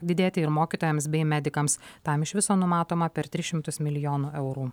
didėti ir mokytojams bei medikams tam iš viso numatoma per tris šimtus milijonų eurų